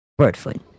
Birdfoot